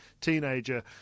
teenager